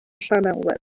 llanelwedd